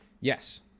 Yes